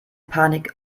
panik